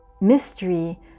Mystery